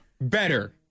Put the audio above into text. Better